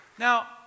Now